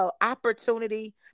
opportunity